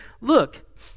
look